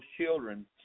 children